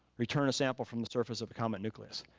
return a sample from the surface of a comet nucleus.